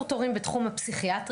שני קיצור תורים בתחום הפסיכיאטריה.